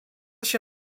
się